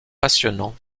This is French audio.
passionnant